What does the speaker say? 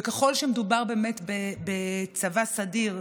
וככל שמדובר בצבא סדיר,